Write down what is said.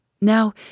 Now